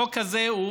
החוק הזה הוא